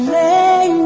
lay